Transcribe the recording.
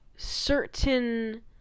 certain